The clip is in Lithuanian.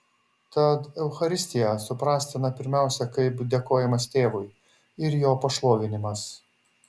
tad eucharistija suprastina pirmiausia kaip dėkojimas tėvui ir jo pašlovinimas